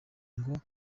ngo